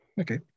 Okay